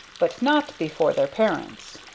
but not before their parents.